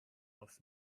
offs